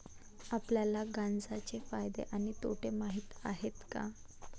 आपल्याला गांजा चे फायदे आणि तोटे माहित आहेत का?